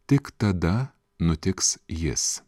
tik tada nutiks jis